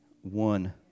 one